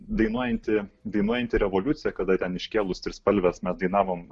dainuojanti dainuojanti revoliucija kada ten iškėlus trispalves mes dainavom